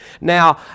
Now